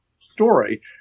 story